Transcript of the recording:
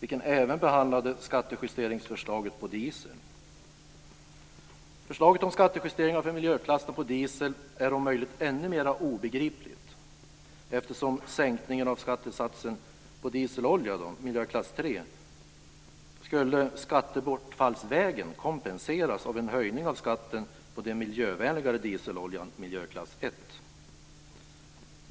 vilken även behandlar skattejusteringsförslaget på diesel. Förslaget om skattejusteringar för miljöklasser på diesel är om möjligt ännu mer obegripligt, eftersom sänkningen av skattesatsen på dieselolja, miljöklass 3, skattebortfallsvägen skulle kompenseras av en höjning av skatten på den miljövänligare dieseloljan, miljöklass 1.